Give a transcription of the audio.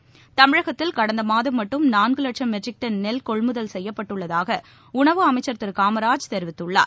matric தமிழகத்தில் கடந்தமாதம் மட்டும் நான்குலட்சம் ton நெல் கொள்முதல் செய்யப்பட்டுள்ளதாகஉணவு அமைச்சர் திருகாமராஜ் தெரிவித்துள்ளார்